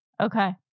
Okay